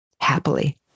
happily